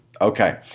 Okay